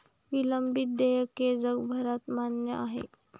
विलंबित देयके जगभरात मान्य आहेत